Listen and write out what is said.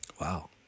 Wow